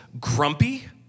grumpy